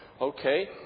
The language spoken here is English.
Okay